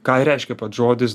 ką ir reiškia pats žodis